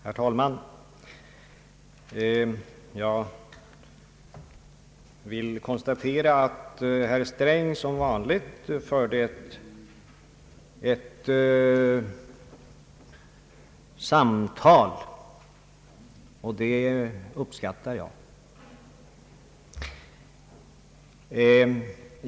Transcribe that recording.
Herr talman! Jag vill konstatera att herr Sträng som vanligt förde ett samtal, och det uppskattar jag.